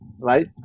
right